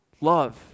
love